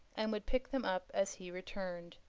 and would pick them up as he returned.